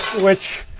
which,